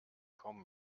kaum